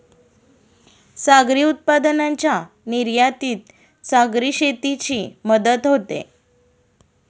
सागरी उत्पादनांच्या निर्यातीत सागरी शेतीची मदत होते